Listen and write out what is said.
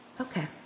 Okay